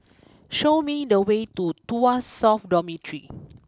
show me the way to Tuas South Dormitory